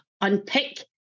unpick